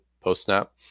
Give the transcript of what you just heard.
post-snap